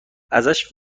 ازش